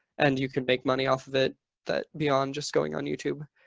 and you can make money off of it that beyond just going on youtube.